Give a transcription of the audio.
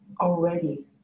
already